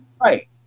Right